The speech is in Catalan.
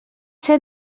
ser